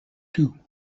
two